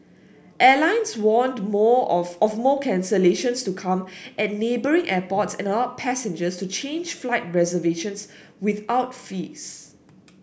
airlines warned more of of more cancellations to come at neighbouring airports and allowed passengers to change flight reservations without fees